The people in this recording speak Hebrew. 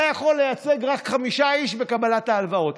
אתה יכול לייצג רק חמישה איש בקבלת ההלוואות,